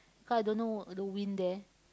cause I don't know the wind there